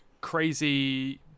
crazy